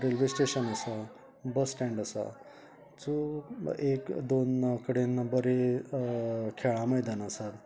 railway station आसा bus stand आसा सो एक दोन कडेन बरें खेळा मैदान आसात